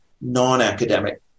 non-academic